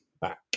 back